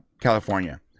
California